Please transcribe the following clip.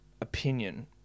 opinion